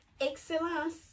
excellence